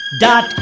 dot